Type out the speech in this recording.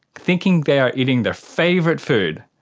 thinking they are eating their favourite food.